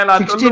16